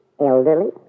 Elderly